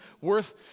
worth